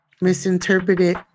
misinterpreted